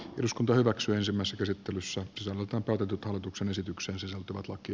eduskunta hyväksyi ensimmäiset esittelyssä on saanut opetetut hallituksen esitykseen sisältyvät laki